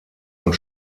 und